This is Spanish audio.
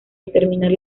determinar